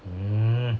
mm